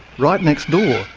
right next door,